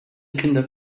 kinder